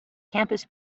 campus